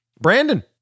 Brandon